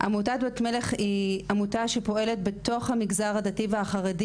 עמותת בת מלך היא עמותה שפועלת בתוך המגזר הדתי והחרדי,